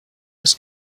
des